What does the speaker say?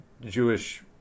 Jewish